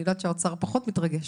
אני יודעת שהאוצר פחות מתרגש.